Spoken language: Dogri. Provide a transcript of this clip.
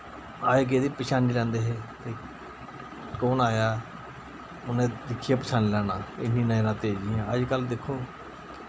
आए गेदे पछानी लैंदे हे कौन आया उ'नै दिक्खियै पछानी लैना इन्नी नजरां तेज हि'यां अजकल्ल दिक्खो